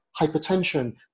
hypertension